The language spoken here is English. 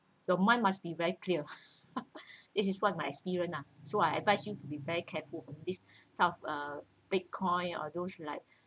the mind must be very clear this is what my experience lah so I advise you to be very careful of kind of uh Bitcoin or those like